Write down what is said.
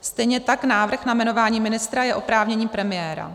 Stejně tak návrh na jmenování ministra je oprávnění premiéra.